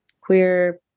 queer